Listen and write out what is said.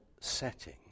setting